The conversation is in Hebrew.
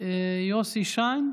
יוסי שיין,